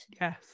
yes